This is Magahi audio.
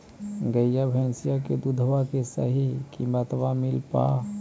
गईया भैसिया के दूधबा के सही किमतबा मिल पा?